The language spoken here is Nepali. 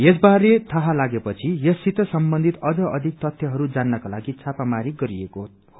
यस बारे थाहा लागे पछि यससित सम्बन्धित अझ अधिक तथ्यहरू जात्रको लागि छापामारी गरिएको छ